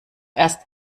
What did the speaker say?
erst